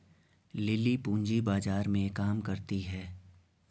lily पूंजी बाजार में काम करती है